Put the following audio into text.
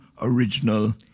original